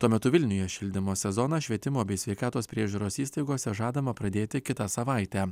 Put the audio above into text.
tuo metu vilniuje šildymo sezoną švietimo bei sveikatos priežiūros įstaigose žadama pradėti kitą savaitę